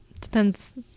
depends